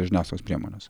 žiniasklaidos priemonės